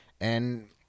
and-